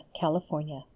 California